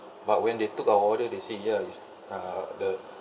but when they took our order they say ya is uh the